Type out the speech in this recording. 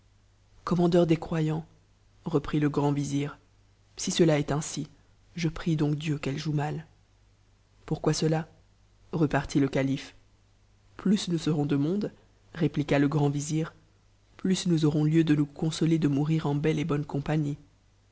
commandeur des croyants l i cp'it te grand vizir si cela est ainsi je prie donc dieu qu'elle joue mal pourquoi cela repartit le calife plus nous serons de monde réplinua le grand vizir plus nous aurons lieu de nous consoler de mourir en belle et bonne compagnie